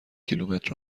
کیلومتر